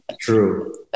True